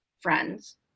friends